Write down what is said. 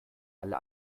alle